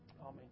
Amen